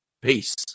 Peace